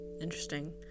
interesting